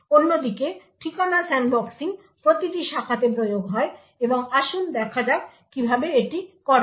অন্যদিকে ঠিকানা স্যান্ডবক্সিং প্রতিটি শাখাতে প্রয়োগ হয় এবং আসুন দেখ যাক কিভাবে এটি করা হয়